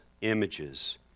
images